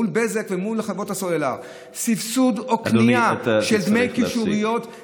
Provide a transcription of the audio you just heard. מול בזק ומול חברת הסלולר סבסוד או קנייה של דמי קישוריות.